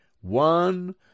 one